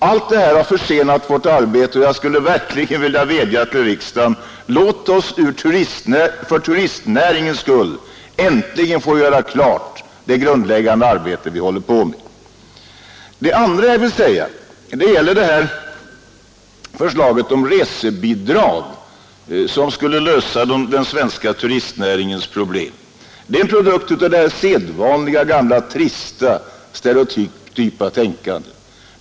Allt detta har försenat vårt arbete och jag skulle verkligen vilja vädja till riksdagen: Låt oss för turistnäringens skull äntligen få göra klart det grundläggande arbete vi håller på med! Det andra jag vill säga gäller förslaget om resebidrag, som skulle lösa den svenska turistnäringens problem. Det är en produkt av det sedvanliga gamla trista, stereotypa tänkandet.